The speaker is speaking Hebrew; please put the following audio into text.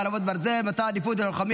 חרבות ברזל) (מתן עדיפות ללוחמים